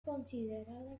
considerada